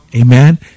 Amen